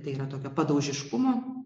tai yra tokio padaužiškumo